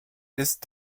ist